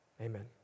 amen